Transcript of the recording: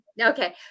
Okay